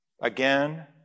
Again